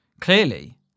Clearly